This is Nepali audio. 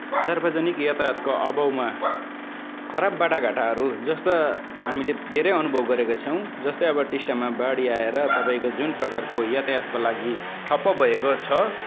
सार्वजनिक यातायातको अभावमा खराब बाटा घाटाहरू जस्ता हामीले धेरै अनुभव गरेका छौँ जस्तै अब टिस्टामा बाढी आएर तपाईँको जुन प्रकारको यातायातको लागि ठप्प भएको छ